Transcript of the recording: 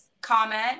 Comment